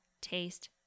taste